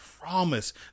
promise